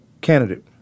candidate